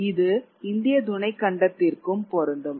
இது இந்திய துணைக் கண்டத்திற்கும் பொருந்தும்